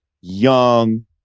young